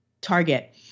target